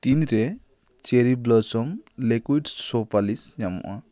ᱛᱤᱱ ᱨᱮ Cherry Blossom liquid shoe polish ᱧᱟᱢᱚᱜᱼᱟ